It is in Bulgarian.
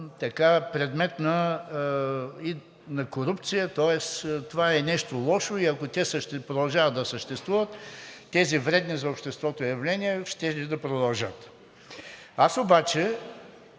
предмет на корупция, тоест това е нещо лошо и ако продължават да съществуват, тези вредни за обществото явления щели да продължат. Аз обаче